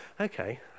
Okay